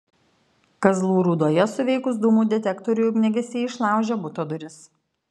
kazlų rūdoje suveikus dūmų detektoriui ugniagesiai išlaužė buto duris